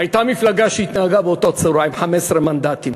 הייתה מפלגה שהתנהגה באותה צורה, עם 15 מנדטים.